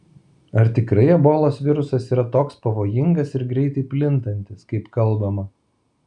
ar tikrai ebolos virusas yra toks pavojingas ir greitai plintantis kaip kalbama